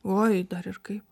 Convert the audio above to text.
uoj dar ir kaip